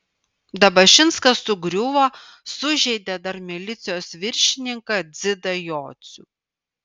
dabašinskas sugriuvo sužeidė dar milicijos viršininką dzidą jocių